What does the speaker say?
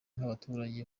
nk’abaturage